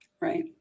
Right